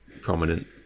prominent